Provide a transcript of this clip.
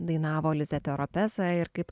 dainavo lizė teropesa ir kaip